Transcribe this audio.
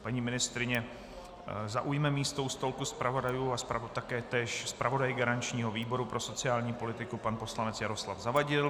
Paní ministryně zaujme místo u stolku zpravodajů a též zpravodaj garančního výboru pro sociální politiku pan poslanec Jaroslav Zavadil.